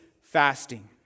fasting